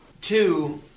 Two